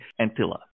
Antilla